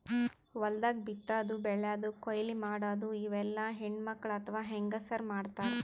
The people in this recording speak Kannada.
ಹೊಲ್ದಾಗ ಬಿತ್ತಾದು ಬೆಳ್ಯಾದು ಕೊಯ್ಲಿ ಮಾಡದು ಇವೆಲ್ಲ ಹೆಣ್ಣ್ಮಕ್ಕಳ್ ಅಥವಾ ಹೆಂಗಸರ್ ಮಾಡ್ತಾರ್